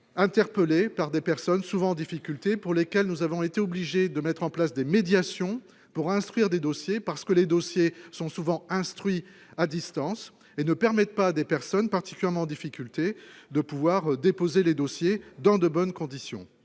interpellé par des personnes souvent en difficulté pour lesquelles nous avons été obligés de mettre en place des médiations pour instruire des dossiers parce que les dossiers sont souvent instruit à distance et ne permettent pas des personnes particulièrement en difficulté de pouvoir déposer les dossiers dans de bonnes conditions